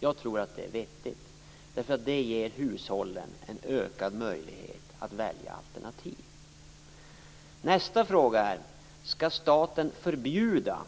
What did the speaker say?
Jag tror att det är vettigt, därför att det ger hushållen en ökad möjlighet att välja alternativ. Nästa fråga är: Skall staten förbjuda